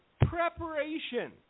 preparation